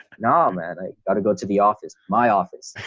nah, man, i got to go to the office, my office.